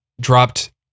dropped